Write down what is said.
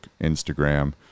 Instagram